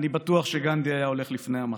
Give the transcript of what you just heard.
אני בטוח שגנדי היה הולך לפני המחנה.